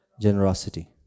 Generosity